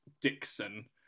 Dixon